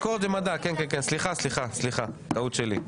ביקורת ומדע כן, סליחה, טעות שלי.